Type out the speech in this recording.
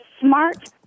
smart